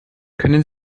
können